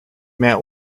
mehr